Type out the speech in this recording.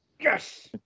Yes